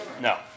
No